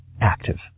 active